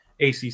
ACC